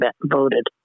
voted